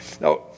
Now